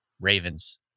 Ravens